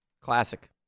Classic